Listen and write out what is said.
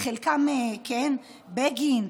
בגין,